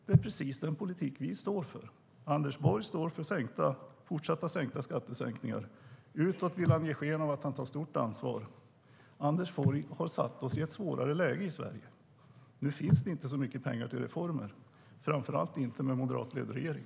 Det är precis den politik som vi står för. Anders Borg står för fortsatta skattesänkningar. Utåt vill han ge sken av att han tar stort ansvar. Anders Borg har satt oss i ett svårare läge i Sverige. Nu finns det inte så mycket pengar till reformer, framför allt inte med en moderatledd regering.